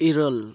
ᱤᱨᱟᱹᱞ